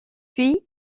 puis